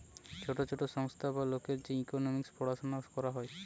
ছোট ছোট সংস্থা বা লোকের যে ইকোনোমিক্স পড়াশুনা করা হয়